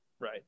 Right